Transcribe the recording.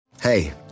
Hey